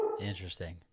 Interesting